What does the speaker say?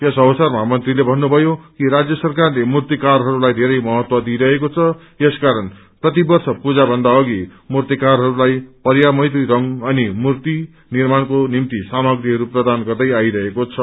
यस अवसरमा मंत्रीले भन्नुभयो कि राज्य सरकारले मूर्तिकारहरूलाई धेरै महत्व दिइरहेको छ यसकारण प्रतिवर्ष पूजाभन्दा अघि मूर्तिकारहरूलाई पर्या मैत्री रंग अनि मूर्ति निर्माणको निम्ति सामाग्रीहरू प्रदान गर्दै आइरहेको छ